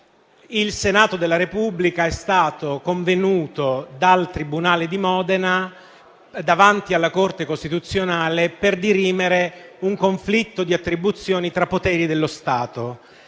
Il Senato della Repubblica è stato convenuto in giudizio dal tribunale ordinario di Modena davanti alla Corte costituzionale per dirimere un conflitto di attribuzioni tra poteri dello Stato.